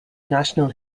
national